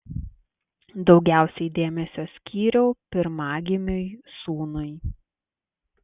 daugiausiai dėmesio skyriau pirmagimiui sūnui